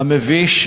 המביש,